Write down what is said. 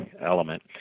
element